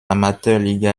amateurliga